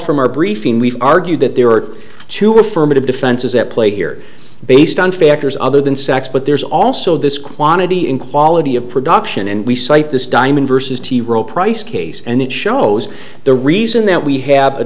from our briefing we argued that there are two affirmative defenses at play here based on factors other than sex but there's also this quantity in quality of production and we cite this diamond vs t rowe price case and it shows the reason that we have a